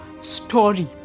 story